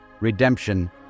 redemption